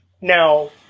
now